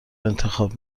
انتخاب